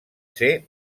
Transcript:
ser